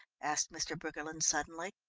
asked mr. briggerland suddenly.